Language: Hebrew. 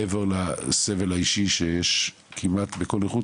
מעבר לסבל האישי שיש כמעט בכל נכות,